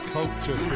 Culture